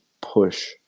push